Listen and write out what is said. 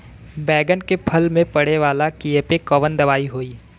बैगन के फल में पड़े वाला कियेपे कवन दवाई होई?